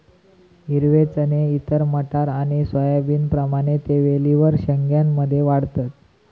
हिरवे चणे इतर मटार आणि सोयाबीनप्रमाणे ते वेलींवर शेंग्या मध्ये वाढतत